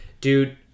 Dude